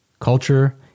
Culture